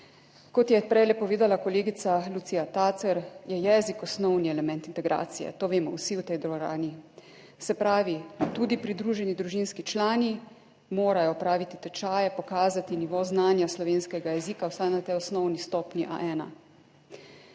Kot je prej povedala kolegica Lucija Tacer, je jezik osnovni element integracije, to vemo vsi v tej dvorani, se pravi, tudi pridruženi družinski člani morajo opraviti tečaje, pokazati nivo znanja slovenskega jezika vsaj na tej osnovni stopnji A1.